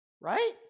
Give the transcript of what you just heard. Right